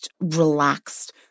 relaxed